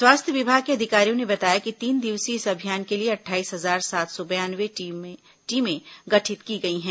स्वास्थ्य विभाग के अधिकारियों ने बताया कि तीन दिवसीय इस अभियान के लिए अट्ठाईस हजार सात सौ बयानवे टीमें गठित की गई हैं